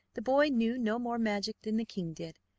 the boy knew no more magic than the king did,